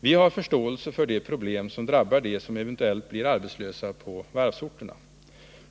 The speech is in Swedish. Vi har förståelse för de problem som drabbar de som eventuellt blir arbetslösa på varvsorterna.